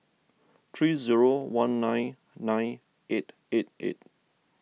three zero one nine nine eight eight eight